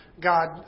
God